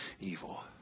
evil